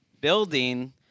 building